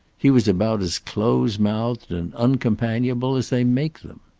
he was about as close-mouthed and uncompanionable as they make them.